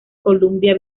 columbia